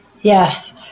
Yes